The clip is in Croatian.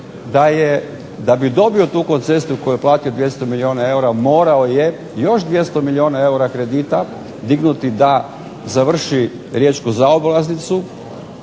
da bi dobio tu koncesiju koju je platio 200 milijuna eura morao je još 200 milijuna eura kredita dignuti da završi Riječku zaobilaznicu.